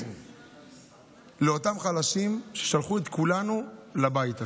בשביל אותם חלשים ששלחו את כולנו לבית הזה.